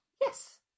Yes